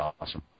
awesome